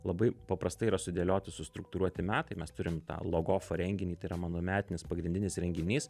labai paprastai yra sudėlioti sustruktūruoti metai mes turim tą logofo renginį tai yra mano metinis pagrindinis renginys